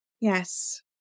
Yes